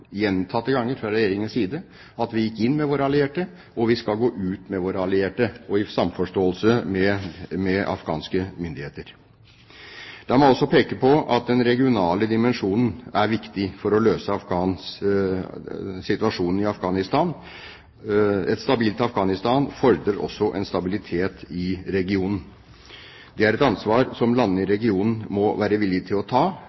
fra Regjeringens side: Vi gikk inn med våre allierte, og vi skal gå ut med våre allierte, i samforståelse med afghanske myndigheter. La meg også peke på at den regionale dimensjonen er viktig for å løse situasjonen i Afghanistan. Et stabilt Afghanistan fordrer også stabilitet i regionen. Det er et ansvar som landene i regionen må være villige til å ta.